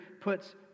puts